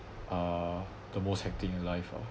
uh the most hectic in life ah